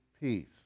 peace